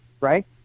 right